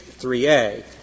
3a